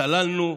צללנו,